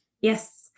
Yes